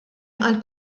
għall